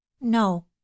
no